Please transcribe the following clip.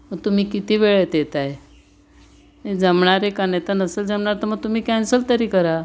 मग तुम्ही किती वेळेत येताय नाही जमणार आहे का नसेल जमणार तर मग तुम्ही कॅन्सल तरी करा